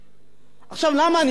עכשיו, למה אני אומר את זה?